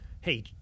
hey